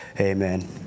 Amen